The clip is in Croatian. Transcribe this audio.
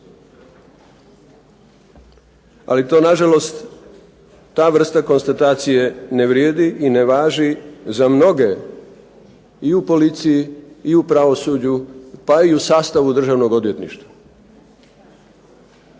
Ali to nažalost ta vrsta konstatacije ne vrijedi i ne važi za mnoge i u policiji, i pravosuđu pa i sastavu Državnog odvjetništva,